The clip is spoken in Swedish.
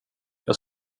jag